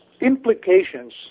implications